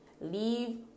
Leave